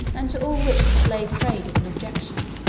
and to all which the slave trade is an objection.